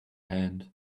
hand